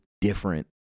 different